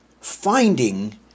finding